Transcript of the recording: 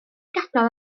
gadael